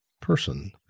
person